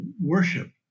worship